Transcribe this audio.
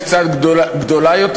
קצת גדול יותר.